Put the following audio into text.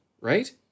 right